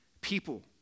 people